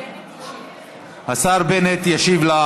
השר בנט ישיב.